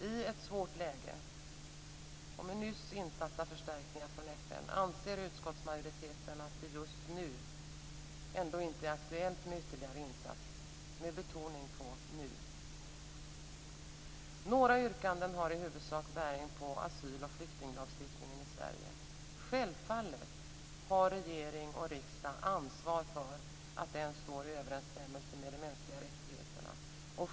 I ett svårt läge och med nyss insatta förstärkningar från FN, anser utskottsmajoriteten att det just nu inte är aktuellt med ytterligare insatser - med betoning på nu. Några yrkanden har i huvudsak bäring på asyloch flyktinglagstiftningen i Sverige. Självfallet har regering och riksdag ansvar för att den står i överensstämmelse med de mänskliga rättigheterna.